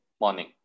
morning